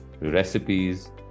recipes